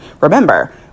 remember